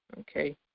okay